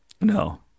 No